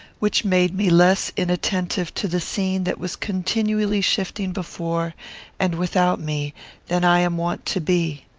which made me less inattentive to the scene that was continually shifting before and without me than i am wont to be.